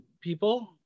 people